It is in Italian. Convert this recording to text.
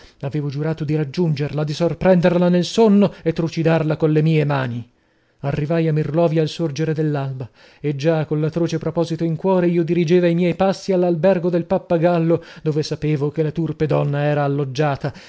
avevo giurato di raggiungerla di sorprenderla nel sonno e trucidarla colle mie mani arrivai a mirlovia al sorgere dell'alba e già coll'atroce proposito in cuore io dirigeva i miei passi all'albergo del pappagallo dove sapevo che la turpe donna era alloggiata